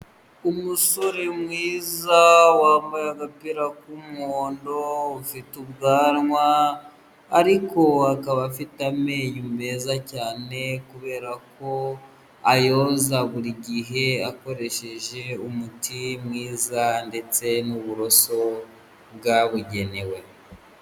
Umusore mwiza wambaye agapira k'umuhondo ufite ubwanwa ariko akaba afite amenyo meza cyane kubera ko ayoza buri gihe akoresheje umuti mwiza ndetse n'uburoso bwabugenewe.